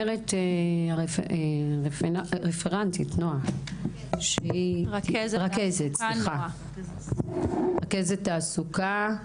אומרת רפרנטית נועה, סליחה רכזת תעסוקה,